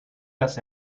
las